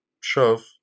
shove